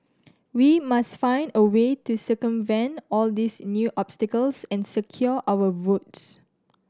we must find a way to circumvent all these new obstacles and secure our votes